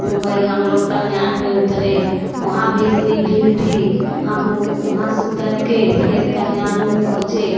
मुंबई हम लोग कल्याण में उतरे वहाँ भी इतनी भीड़ थी हम लोग वहाँ से उतर के फिर कल्याण में पहुंचे